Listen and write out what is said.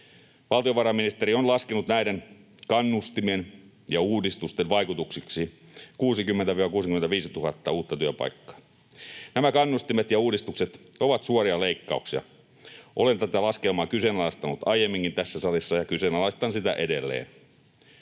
Valtiovarainministeriö on laskenut näiden kannustimien ja uudistusten vaikutuksiksi 60 000—65 000 uutta työpaikkaa. Nämä kannustimet ja uudistukset ovat suoria leikkauksia, ja olen tätä laskelmaa kyseenalaistanut aiemminkin tässä salissa ja kyseenalaistan sitä edelleen.